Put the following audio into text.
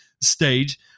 stage